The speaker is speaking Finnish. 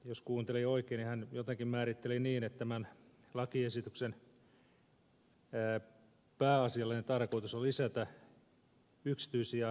jos kuuntelin oikein hän jotenkin määritteli niin että tämän lakiesityksen pääasiallinen tarkoitus on lisätä yksityisiä palveluja